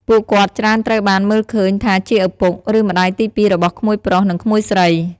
ពួកគាត់ច្រើនត្រូវបានមើលឃើញថាជាឪពុក ឬម្តាយទីពីររបស់ក្មួយប្រុស និងក្មួយស្រី។